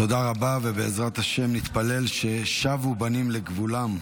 תודה רבה, ובעזרת השם נתפלל "ושבו בנים לגבולם".